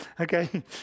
okay